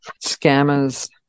scammers